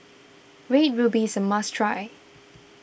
Red Ruby is a must try